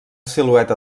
silueta